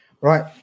Right